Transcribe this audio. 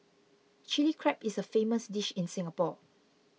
Chilli Crab is a famous dish in Singapore